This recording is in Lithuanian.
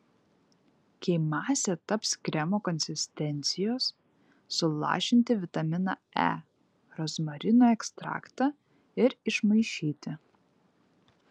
kai masė taps kremo konsistencijos sulašinti vitaminą e rozmarinų ekstraktą ir išmaišyti